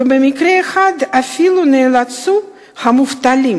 ובמקרה אחד אפילו נאלצו המובטלים,